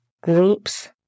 groups